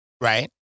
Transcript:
right